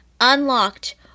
unlocked